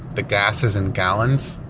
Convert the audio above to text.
the gas is in gallons?